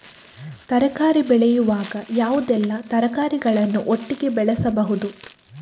ತರಕಾರಿ ಬೆಳೆಯುವಾಗ ಯಾವುದೆಲ್ಲ ತರಕಾರಿಗಳನ್ನು ಒಟ್ಟಿಗೆ ಬೆಳೆಸಬಹುದು?